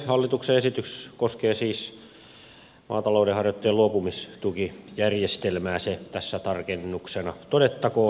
hallituksen esitys koskee siis maatalouden harjoittajien luopumistukijärjestelmää se tässä tarkennuksena todettakoon